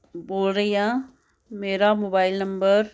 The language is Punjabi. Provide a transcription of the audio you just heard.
ਬੋਲ ਰਹੀ ਹਾਂ ਮੇਰਾ ਮੋਬਾਈਲ ਨੰਬਰ